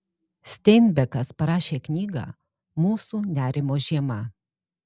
steinbekas parašė knygą mūsų nerimo žiema